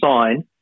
sign